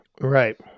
Right